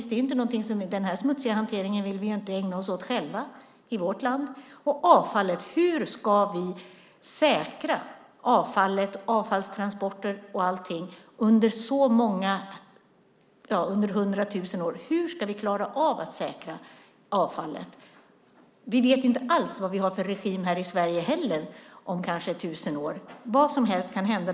Denna smutsiga hantering vill vi inte ägna oss åt själva i vårt land. Hur ska vi säkra avfall och avfallstransporter under hundratusen år? Vi vet inte vad vi har för regim i Sverige om tusen år. Vad som helst kan hända.